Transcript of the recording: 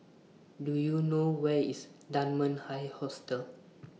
Do YOU know Where IS Dunman High Hostel